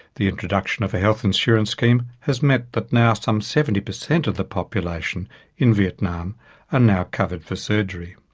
the introduction of a health insurance scheme has meant that now some seventy percent of the population in vietnam are ah now covered for surgery.